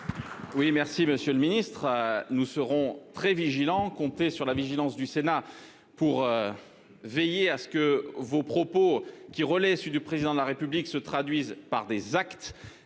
Oui, merci Monsieur le Ministre, nous serons très vigilants, compter sur la vigilance du Sénat pour. Veiller à ce que vos propos qui relève du président de la République se traduisent par des actes,